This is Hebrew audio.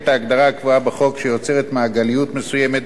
בחוק שיוצרת מעגליות מסוימת בהפעלת החוק.